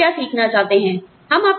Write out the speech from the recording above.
आप क्या सीखना चाहते हैं